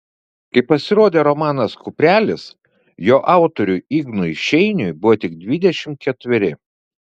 kai pasirodė romanas kuprelis jo autoriui ignui šeiniui buvo tik dvidešimt ketveri